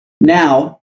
Now